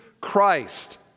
Christ